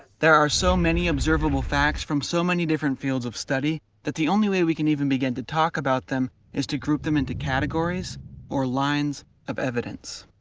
there are so many observable facts from so many different fields of study that the only way we can even begin to talk about them is to group them into categories or lines of evidence.